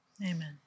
Amen